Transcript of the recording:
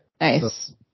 Nice